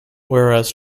whereas